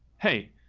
hey,